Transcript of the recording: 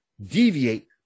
deviate